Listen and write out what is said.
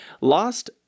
lost